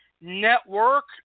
Network